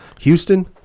Houston